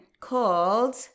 called